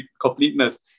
completeness